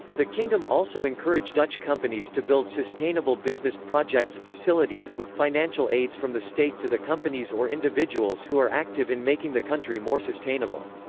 the kingdom also encourage dutch companies to build sustainable business projects facilities, with financial aids from the state to the companies or individuals who are active in making the country more sustainable.